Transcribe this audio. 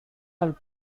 alt